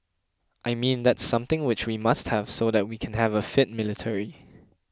I mean that's something which we must have so that we can have a fit military